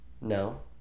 No